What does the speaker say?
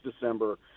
december